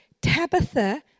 Tabitha